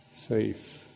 Safe